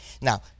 Now